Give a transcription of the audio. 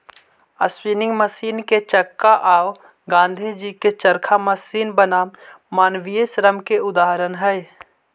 spinning machine के चक्का औ गाँधीजी के चरखा मशीन बनाम मानवीय श्रम के उदाहरण हई